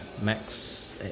max